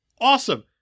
awesome